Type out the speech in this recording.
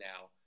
now